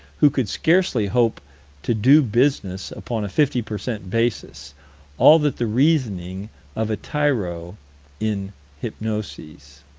who could scarcely hope to do business upon a fifty per cent. basis all that the reasoning of a tyro in hypnoses.